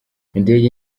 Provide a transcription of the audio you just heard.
indege